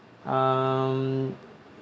um